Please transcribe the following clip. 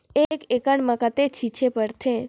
एक एकड़ मे कतेक छीचे पड़थे?